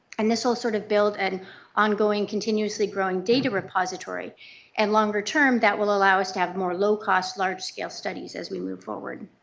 and this will sort of build an ongoing continuous growing data repository and longer term that will allow us to have more low-cost, large-scale studies as we move forward.